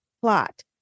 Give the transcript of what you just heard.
plot